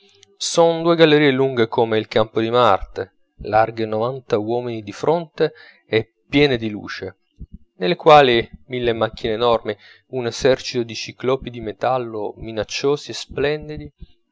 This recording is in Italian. son due gallerie lunghe come il campo di marte larghe novanta uomini di fronte e piene di luce nelle quali mille macchine enormi un esercito di ciclopi di metallo minacciosi e splendidi